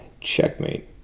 Checkmate